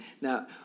Now